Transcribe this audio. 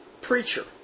preacher